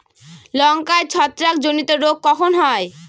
লঙ্কায় ছত্রাক জনিত রোগ কখন হয়?